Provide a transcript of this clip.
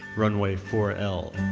runway four l.